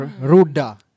Ruda